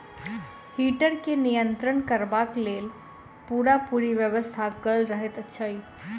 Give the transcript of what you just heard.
heater के नियंत्रण करबाक लेल पूरापूरी व्यवस्था कयल रहैत छै